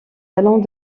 talents